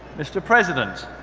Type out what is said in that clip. mr. president,